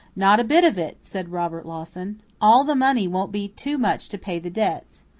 not a bit of it, said robert lawson. all the money won't be too much to pay the debts.